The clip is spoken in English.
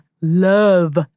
love